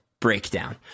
breakdown